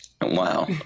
Wow